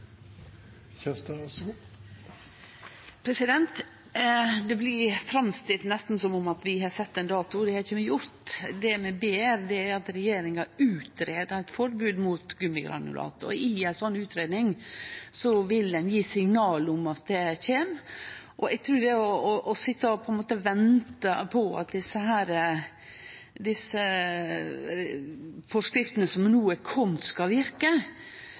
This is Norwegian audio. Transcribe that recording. Det blir framstilt nesten som om vi har sett ein dato. Det har vi ikkje gjort. Det vi ber om, er at regjeringa utgreier eit forbod mot gummigranulat, og i ei sånn utgreiing vil ein gje signal om at det kjem. Eg trur at å sitje og vente på at desse forskriftene som no er komne, skal verke,